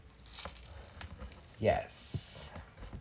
yes